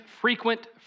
frequent